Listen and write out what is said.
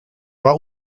war